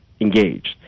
engaged